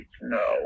no